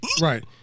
Right